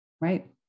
Right